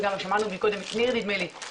וגם שמענו מקודם גם את ניר שאומר שאנחנו